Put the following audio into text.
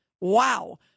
wow